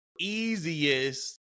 easiest